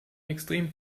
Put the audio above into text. extrem